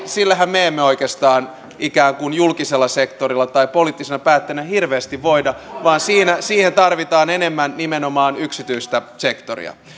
sillehän me emme oikeastaan ikään kuin julkisella sektorilla tai poliittisina päättäjinä hirveästi voi vaan siihen tarvitaan enemmän nimenomaan yksityistä sektoria